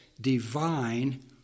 divine